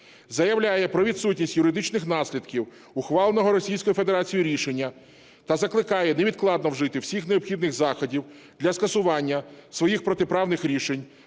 Заявляє про відсутність юридичних наслідків, ухваленого Російською Федерацією рішення та закликає невідкладно вжити всіх необхідних заходів для скасування своїх протиправних рішень,